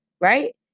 right